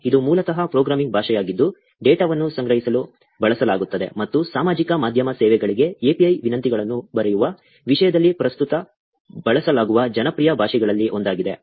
ಇದು ಮೂಲತಃ ಪ್ರೋಗ್ರಾಮಿಂಗ್ ಭಾಷೆಯಾಗಿದ್ದು ಡೇಟಾವನ್ನು ಸಂಗ್ರಹಿಸಲು ಬಳಸಲಾಗುತ್ತದೆ ಮತ್ತು ಸಾಮಾಜಿಕ ಮಾಧ್ಯಮ ಸೇವೆಗಳಿಗೆ API ವಿನಂತಿಗಳನ್ನು ಬರೆಯುವ ವಿಷಯದಲ್ಲಿ ಪ್ರಸ್ತುತ ಬಳಸಲಾಗುವ ಜನಪ್ರಿಯ ಭಾಷೆಗಳಲ್ಲಿ ಒಂದಾಗಿದೆ